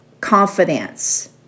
confidence